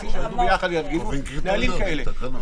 שיעמדו יחד ויפגינו --- קובעים קריטריונים בתקנות.